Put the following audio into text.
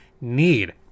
need